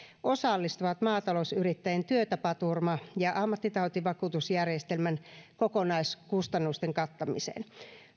osallistuvat maatalousyrittäjien työtapaturma ja ammattitautivakuutusjärjestelmän kokonaiskustannusten kattamiseen